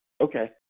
Okay